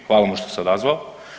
Hvala mu što se odazvao.